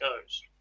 goes